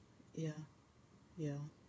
ya ya